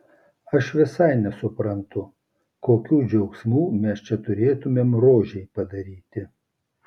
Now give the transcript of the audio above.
aš visai nesuprantu kokių džiaugsmų mes čia turėtumėm rožei padaryti